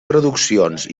traduccions